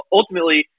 ultimately